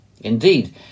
indeed